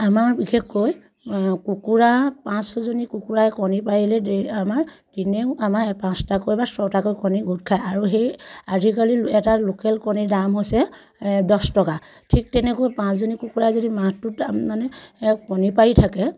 আমাৰ বিশেষকৈ কুকুৰা পাঁচ ছজনী কুকুৰাই কণী পাৰিলে আমাৰ দিনেও আমাৰ পাঁচটাকৈ বা ছটাকৈ কণী গোট খায় আৰু সেই আজিকালি এটা লোকেল কণীৰ দাম হৈছে দহ টকা ঠিক তেনেকৈ পাঁচজনী কুকুৰাই যদি মাহটোত মানে কণী পাৰি থাকে